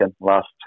last